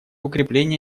укрепление